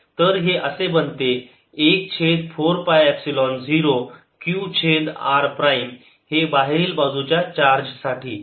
तर हे असे बनते 1 छेद 4 पाय एपसिलोन 0 Q छेद r प्राईम हे बाहेरील बाजूच्या चार्ज साठी